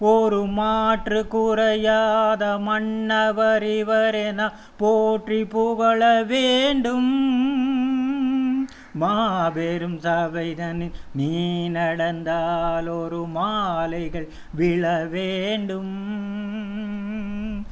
ஒரு மாற்றுக்குறையாத மன்னவர் இவரென போற்றிப் புகழ வேண்டும் மாபெரும் சபைதனில் நீ நடந்தால் ஒரு மாலைகள் விழ வேண்டும்